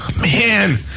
Man